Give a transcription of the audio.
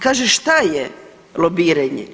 Kaže šta je lobiranje?